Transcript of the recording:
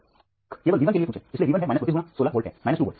बेशक केवल वी 1 के लिए पूछें इसलिए वी 1 है 32 गुणा 16 वोल्ट है 2 वोल्ट